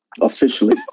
officially